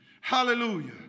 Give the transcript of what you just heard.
Hallelujah